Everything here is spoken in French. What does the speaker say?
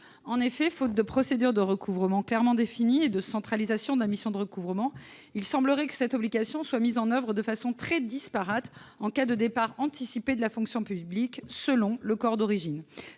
En effet, faute de procédure de recouvrement clairement définie et de centralisation de la mission de recouvrement, il semblerait que cette obligation soit mise en oeuvre de façon très disparate, en cas de départ anticipé de la fonction publique, selon le corps d'origine.